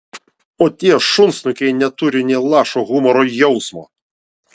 o tie šunsnukiai neturi nė lašo humoro jausmo